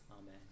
Amen